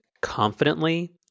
confidently